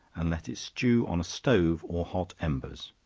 and let it stew on a stove or hot embers.